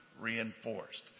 reinforced